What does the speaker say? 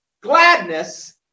gladness